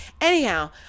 anyhow